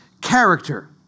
character